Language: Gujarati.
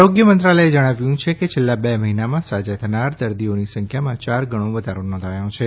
આરોગ્ય મંત્રાલયે જણાવ્યું છેકે છેલ્લા બે મહિનામાં સાજા થનાર દર્દીઓની સંખ્યામાં ચાર ગણો વધારો નોંધાયો છે